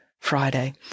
Friday